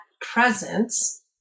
presence